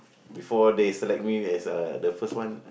before they select me as the first one